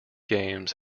games